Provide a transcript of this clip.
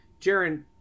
Jaron